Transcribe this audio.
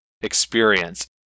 experience